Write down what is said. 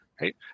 Right